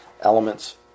elements